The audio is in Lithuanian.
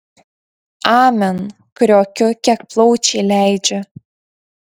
amen kriokiu kiek plaučiai leidžia